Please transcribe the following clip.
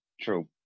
true